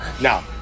now